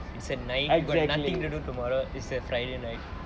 it's a night got nothing to do tomorrow it's a friday night